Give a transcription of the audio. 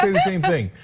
the same thing.